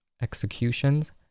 executions